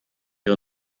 wir